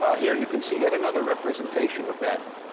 ah here you can see yet another representation of that.